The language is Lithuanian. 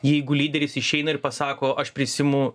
jeigu lyderis išeina ir pasako aš prisiimu